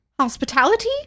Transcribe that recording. hospitality